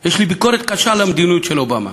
יש לי ביקורת קשה על המדיניות של אובמה,